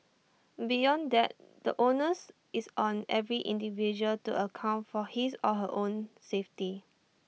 beyond that the onus is on every individual to account for his or her own safety